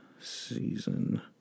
season